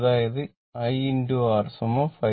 അതായത് I r 5